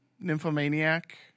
nymphomaniac